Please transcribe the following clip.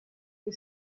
que